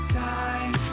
time